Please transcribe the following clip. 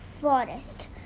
forest